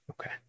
Okay